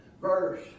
verse